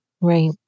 Right